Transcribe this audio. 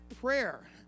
prayer